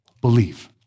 believe